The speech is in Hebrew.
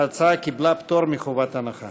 ההצעה קיבלה פטור מחובת הנחה.